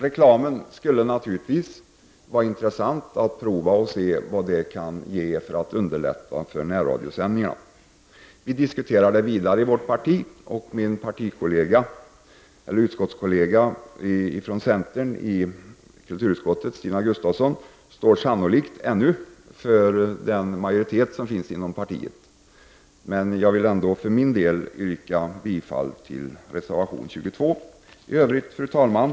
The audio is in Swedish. Det skulle vara intressant att prova reklam och se vad det kan ge för att underlätta närradiosändningarna. Min utskottskollega från centern i kulturutskottet, Stina Gustavsson, står sannolikt ännu för den majoritet som finns inom partiet. Men jag vill för min del yrka bifall till reservation nr 22. Fru talman!